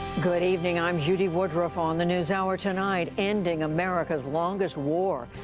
good evening. i'm judy woodruff. on the newshour tonight ending america's longest war.